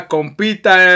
Compita